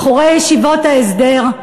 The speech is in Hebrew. בחורי ישיבות ההסדר,